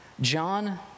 John